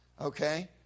okay